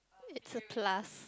it's a class